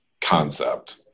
concept